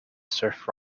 surf